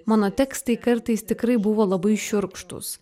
mano tekstai kartais tikrai buvo labai šiurkštūs